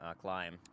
climb